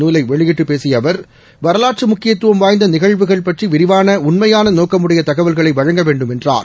நூலைவெளியிட்டுப் பேசியஅவர் வரலாற்றுமுக்கியத்துவம் வாய்ந்தநிகழ்வுகள் பற்றிவிரிவானஉண்மையானநோக்கமுடையதகவல்களைவழங்க வேண்டும் என்றார்